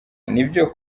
nibyo